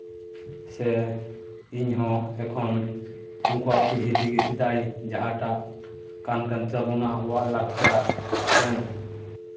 ᱥᱮ ᱤᱧᱦᱚᱸ ᱮᱠᱷᱚᱱ ᱩᱱᱠᱩᱣᱟᱜ ᱯᱤᱲᱦᱤ ᱛᱮᱜᱮ ᱥᱮᱫᱟᱭ ᱡᱟᱦᱟᱸᱴᱟᱜ ᱠᱟᱱ ᱛᱟᱵᱳᱱᱟ ᱟᱵᱚᱣᱟᱜ ᱞᱟᱠᱪᱟᱨ ᱦᱮᱸ